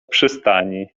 przystani